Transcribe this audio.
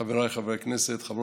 חבריי חברי הכנסת,